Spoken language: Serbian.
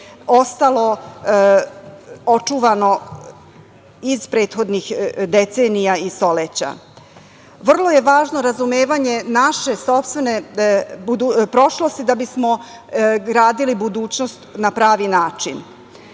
ostalo očuvano iz prethodnih decenija i stoleća. Vrlo je važno razumevanje naše sopstvene prošlosti da bismo gradili budućnost na pravi način.